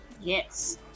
Yes